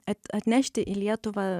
at atnešti į lietuvą